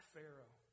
Pharaoh